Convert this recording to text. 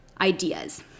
ideas